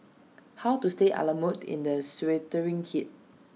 how to stay A la mode in the sweltering heat